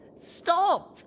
Stop